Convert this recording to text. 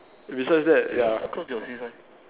besides that ya